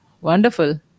Wonderful